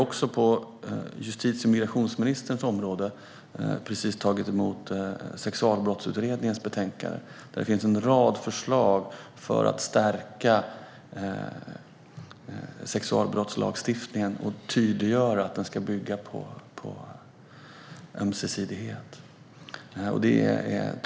På justitie och migrationsministerns område har vi också precis tagit emot Sexualbrottsutredningens betänkande, där det finns en rad förslag för att stärka sexualbrottslagstiftningen och tydliggöra att den ska bygga på ömsesidighet.